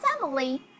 family